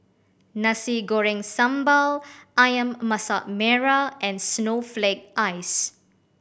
Nasi Goreng Sambal Ayam Masak Merah and snowflake ice